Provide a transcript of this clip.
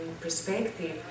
perspective